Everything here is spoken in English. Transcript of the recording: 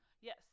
Yes